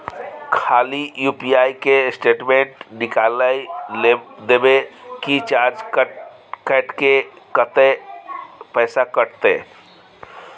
खाली यु.पी.आई के स्टेटमेंट निकाइल देबे की चार्ज कैट के, कत्ते पैसा कटते?